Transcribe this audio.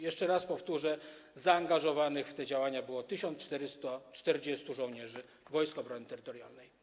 Jeszcze raz powtórzę, że zaangażowanych w te działania było 1440 żołnierzy Wojsk Obrony Terytorialnej.